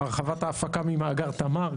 הרחבת ההפקה ממאגר תמר,